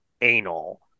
anal